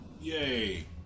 Yay